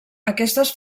aquestes